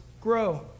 grow